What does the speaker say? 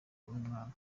n’umwana